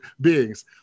beings